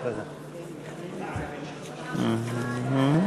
חוק ומשפט בדבר פיצול הצעת חוק-יסוד: הממשלה (תיקון,